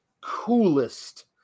coolest